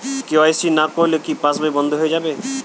KYC না করলে কি পাশবই বন্ধ হয়ে যাবে?